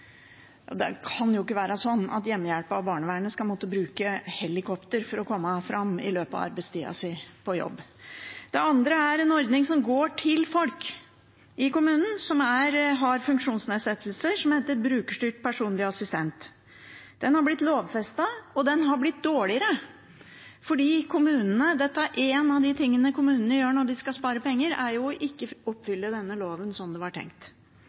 Det kan jo ikke være slik at hjemmehjelpen og barnevernet skal måtte bruke helikopter for å komme seg fram i løpet av arbeidstida si. Det andre jeg vil si noe om, er en ordning som går til folk i kommunene som har funksjonsnedsettelser, som heter «brukerstyrt personlig assistanse». Den har blitt lovfestet, men den har blitt dårligere, for noe av det som kommunene gjør når de skal spare penger, er ikke å oppfylle denne loven slik det var tenkt.